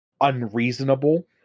unreasonable